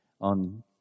on